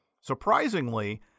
Surprisingly